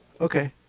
Okay